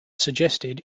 suggested